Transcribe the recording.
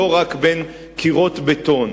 לא רק בין קירות בטון.